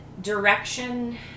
direction